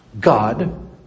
God